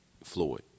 Floyd